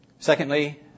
Secondly